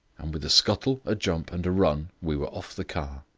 and with a scuttle, a jump, and a run, we were off the car.